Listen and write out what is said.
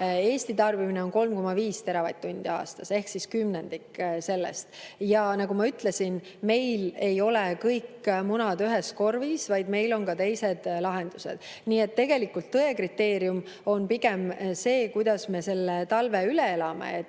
Eesti tarbimine on 3,5 teravatt-tundi aastas ehk kümnendik sellest. Ja nagu ma ütlesin, ei ole meil kõik munad ühes korvis, vaid meil on ka teised lahendused. Nii et tegelikult tõe kriteerium on pigem see, kuidas me selle talve üle elame. Ma